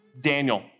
Daniel